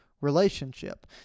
relationship